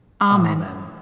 Amen